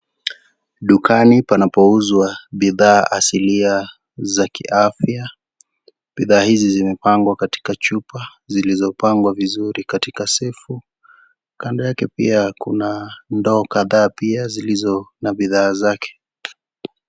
Dukani panapouzwa bidhaa asilia za kiafya. Bidhaa hizi zimepangwa katika chupa, zilizopangwa vizuri katika sefu. Kando yake pia kuna ndoo kadhaa pia zilizo na bidhaa zake.